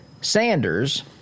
Sanders